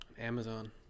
Amazon